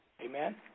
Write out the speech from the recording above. Amen